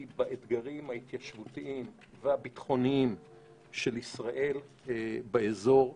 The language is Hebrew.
באתגרים ההתיישבותיים והביטחוניים של ישראל באזור כמוך.